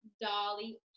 Dolly